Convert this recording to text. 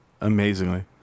amazingly